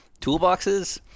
toolboxes